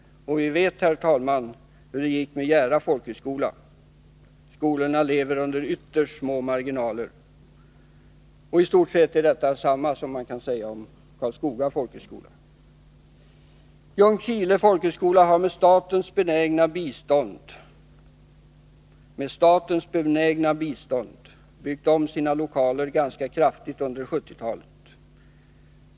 Vi vet, herr talman, hur det gick med Jära folkhögskola. Skolorna lever med ytterst små marginaler. I stort sett kan man säga detsamma om Karlskoga folkhögskola. Ljungskile folkhögskola har med statens benägna bistånd byggt om sina lokaler ganska kraftigt under 1970-talet.